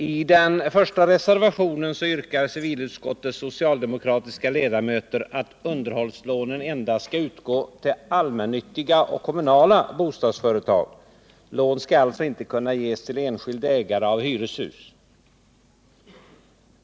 I den första reservationen yrkar civilutskottets socialdemokratiska ledamöter att underhållslånen skall utgå endast till allmännyttiga och kommunala bostadsföretag. Lån skall alltså inte kunna ges till enskilda ägare av hyreshus.